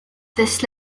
this